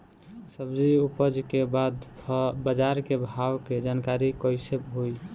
सब्जी उपज के बाद बाजार के भाव के जानकारी कैसे होई?